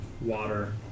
Water